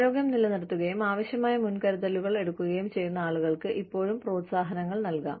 ആരോഗ്യം നിലനിർത്തുകയും ആവശ്യമായ മുൻകരുതലുകൾ എടുക്കുകയും ചെയ്യുന്ന ആളുകൾക്ക് ഇപ്പോഴും പ്രോത്സാഹനങ്ങൾ നൽകാം